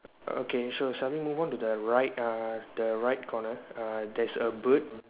okay so shall we move on to the right err the right corner err there's a bird